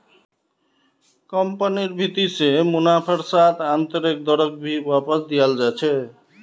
कम्पनिर भीति से मुनाफार साथ आन्तरैक दरक भी वापस दियाल जा छे